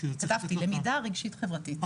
כתבתי, למידה רגשית-חברתית.